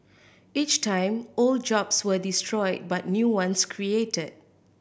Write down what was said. each time old jobs were destroyed but new ones created